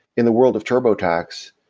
in the world of turbotax,